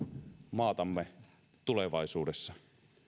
maatamme tulevaisuudessa